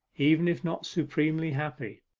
even if not supremely happy.